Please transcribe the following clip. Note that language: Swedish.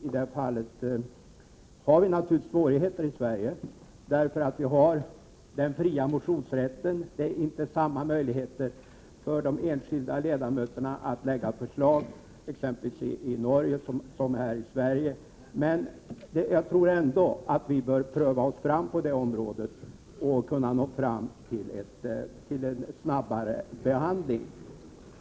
I det här fallet har vi naturligtvis svårigheter i Sverige på grund av den fria motionsrätten. Det finns inte samma möjligheter för enskilda ledamöter att lägga fram förslag exempelvis i Norge som här i Sverige. Jag tror ändå att vi bör pröva oss fram på området för att nå fram till en snabbare behandling.